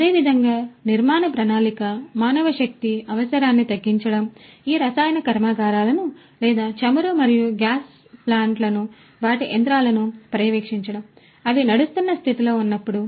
అదేవిధంగా నిర్మాణ ప్రణాళిక మానవశక్తి అవసరాన్ని తగ్గించడం ఈ రసాయన కర్మాగారాలను లేదా చమురు మరియు గ్యాస్ ప్లాంట్లను వాటి యంత్రాలను పర్యవేక్షించడం అవి నడుస్తున్న స్థితిలో ఉన్నప్పుడు